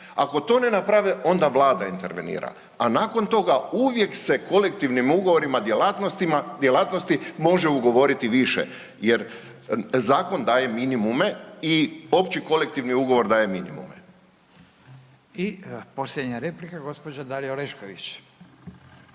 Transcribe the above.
Ako to ne naprave onda Vlada intervenira, a nakon toga uvijek se kolektivnim ugovorima djelatnostima, djelatnosti može ugovoriti više jer zakon daje minimume i opći kolektivni ugovor daje minimume. **Radin, Furio (Nezavisni)** I posljednja replika, gospođa Dalija Orešković.